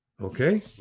okay